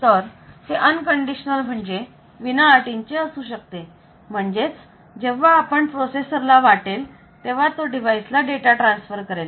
तर ते unconditional म्हणजे विना अटींचे असू शकते म्हणजेच जेव्हा आपण प्रोसेसर ला वाटेल तेव्हा तो डिवाइस ला डेटा ट्रान्सफर करेल